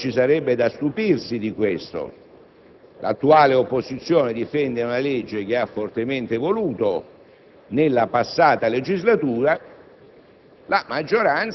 In sé non ci sarebbe da stupirsi di questo: l'attuale opposizione difende una legge che ha fortemente voluto nella passata legislatura,